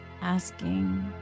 asking